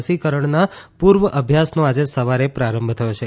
રસીકરણના પુર્વાભ્યાસનો આજે સવારે પ્રારંભ થયો છે